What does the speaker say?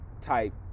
Type